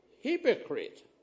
hypocrite